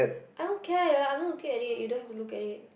I don't care I'm not looking at it you don't have to look at it